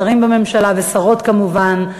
שרים בממשלה ושרות כמובן,